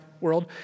world